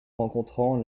rencontrant